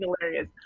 hilarious